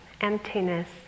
emptiness